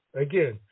again